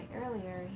earlier